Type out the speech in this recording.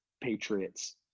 patriots